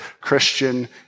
Christian